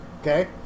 Okay